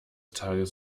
tages